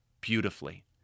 beautifully